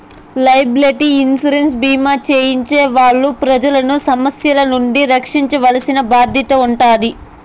liability insurance భీమా చేయించే వాళ్ళు ప్రజలను సమస్యల నుండి రక్షించాల్సిన బాధ్యత ఉంటాది